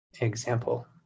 example